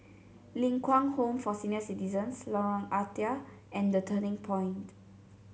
Ling Kwang Home for Senior Citizens Lorong Ah Thia and The Turning Point